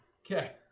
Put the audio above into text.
Okay